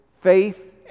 Faith